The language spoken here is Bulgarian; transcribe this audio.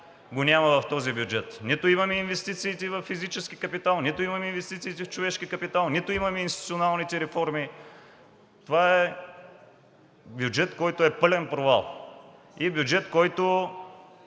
го няма в този бюджет. Нито имаме инвестициите във физически капитал, нито имаме инвестициите в човешки капитал, нито имаме институционалните реформи. Това е бюджет, който е пълен провал. И бюджет, който